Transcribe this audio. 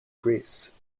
greece